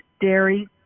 dairy